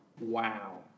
Wow